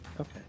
Okay